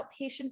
outpatient